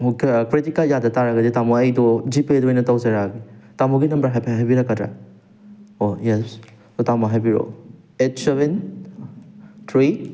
ꯑꯣ credit card ꯌꯥꯗ ꯇꯥꯔꯒꯗꯤ ꯇꯥꯃꯣ ꯑꯩꯗꯣ ꯖꯤꯄꯦꯗ ꯑꯣꯏꯅ ꯇꯧꯖꯔꯛꯑꯒꯦ ꯇꯥꯃꯣꯒꯤ ꯅꯝꯕꯔ ꯍꯥꯏꯐꯦꯠ ꯍꯥꯏꯕꯤꯔꯛꯀꯗ꯭ꯔꯥ ꯑꯣ ꯌꯦꯁ ꯑꯣ ꯇꯥꯃꯣ ꯍꯥꯏꯕꯤꯔꯛꯑꯣ ꯑꯩꯠ ꯁꯚꯦꯟ ꯊ꯭ꯔꯤ